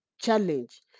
challenge